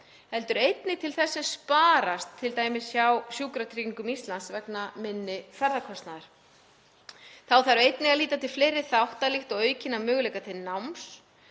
heldur einnig til þess sem sparast hjá m.a. Sjúkratryggingum vegna minni ferðakostnaðar. Þá þarf einnig að líta til fleiri þátta líkt og aukinna möguleika til náms,